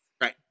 Right